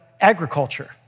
agriculture